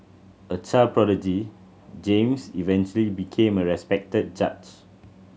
a child prodigy James eventually became a respected judge